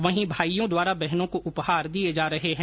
वहीं भाइयों द्वारा बहनों को उपहार दिए जा रहे हैं